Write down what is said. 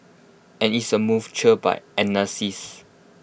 and it's A move cheered by analysts